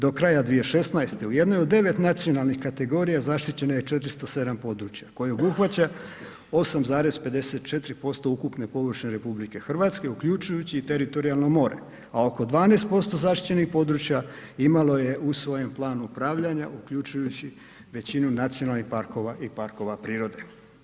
Do kraja 2016. u jednoj od 9 nacionalnih kategorija zaštićeno je 407 područja koje obuhvaća 8,54% ukupne površine RH uključujući i teritorijalno more, a ako 12% zaštićenih područja imalo je u svojem planu upravljanja uključujući većinu nacionalnih parkova i parkova prirode.